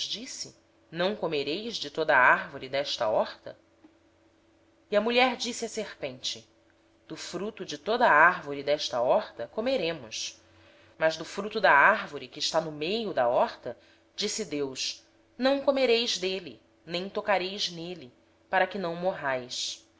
disse não comereis de toda árvore do jardim respondeu a mulher à serpente do fruto das árvores do jardim podemos comer mas do fruto da árvore que está no meio do jardim disse deus não comereis dele nem nele tocareis para que não morrais